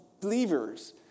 believers